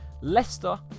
Leicester